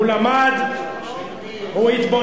הוא למד, אתה יודע איפה מפלגתו, הוא התבונן,